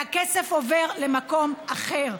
והכסף עובר למקום אחר.